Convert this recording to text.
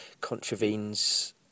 contravenes